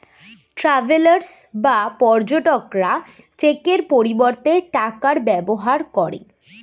travellers বা পর্যটকরা চেকের পরিবর্তে টাকার ব্যবহার করে